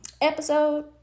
episode